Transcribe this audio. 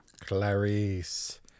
Clarice